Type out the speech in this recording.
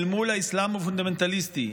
אל מול האסלאם הפונדמנטליסטי.